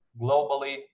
globally